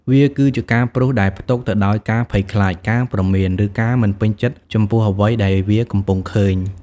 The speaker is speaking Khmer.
វាគឺជាការព្រុសដែលផ្ទុកទៅដោយការភ័យខ្លាច ការព្រមាន ឬការមិនពេញចិត្តចំពោះអ្វីដែលវាកំពុងឃើញ។